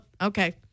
okay